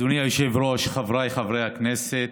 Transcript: אדוני היושב-ראש, חבריי חברי הכנסת,